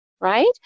right